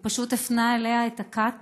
והוא פשוט הפנה אליה את הקת